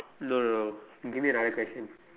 no no no give me another question